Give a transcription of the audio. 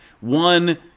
one